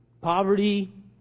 poverty